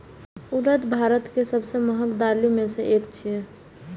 उड़द भारत के सबसं महग दालि मे सं एक छियै